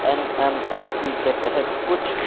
N N H P کے تحت کچھ